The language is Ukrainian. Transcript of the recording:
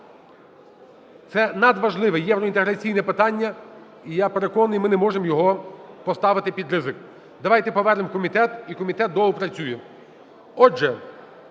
Це надважливе євроінтеграційне питання, і я переконаний, ми не можемо його поставити під ризик. Давайте повернемо в комітет, і комітет доопрацює. Отже,